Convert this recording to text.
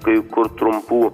kai kur trumpų